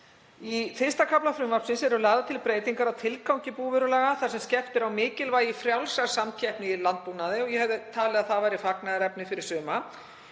Í I. kafla frumvarpsins eru lagðar til breytingar á tilgangi búvörulaga þar sem skerpt er á mikilvægi frjálsrar samkeppni í landbúnaði, og ég hefði talið að það væri fagnaðarefni fyrir suma.